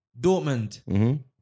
Dortmund